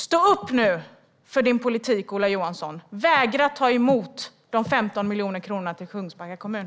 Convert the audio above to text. Stå nu upp för din politik, Ola Johansson! Vägra ta emot de 15 miljoner kronorna till Kungsbacka kommun!